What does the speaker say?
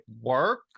work